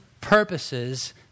purposes